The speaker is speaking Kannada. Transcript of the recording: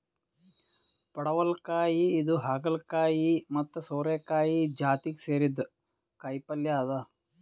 ಪಡವಲಕಾಯಿ ಇದು ಹಾಗಲಕಾಯಿ ಮತ್ತ್ ಸೋರೆಕಾಯಿ ಜಾತಿಗ್ ಸೇರಿದ್ದ್ ಕಾಯಿಪಲ್ಯ ಅದಾ